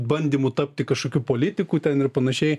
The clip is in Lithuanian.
bandymu tapti kažkokiu politiku ten ir panašiai